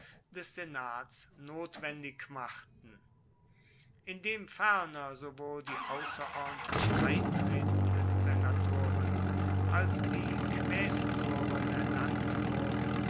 des senats notwendig machten indem ferner sowohl die außerordentlich eintretenden senatoren als die quästoren ernannt wurden